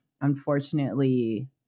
unfortunately